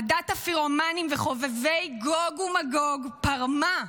עדת הפירומנים וחובבי גוג ומגוג פרמה,